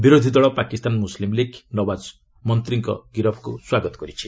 ବିରୋଧି ଦଳ Pakistan Muslim League ନୱାକ୍ ମନ୍ତ୍ରୀଙ୍କ ଗିରଫକୁ ସ୍ୱାଗତ କରିଛି